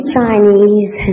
Chinese